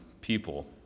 people